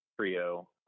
trio